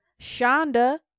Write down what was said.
Shonda